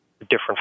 different